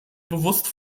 bewusst